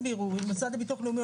המוסד לביטוח לאומי,